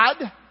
God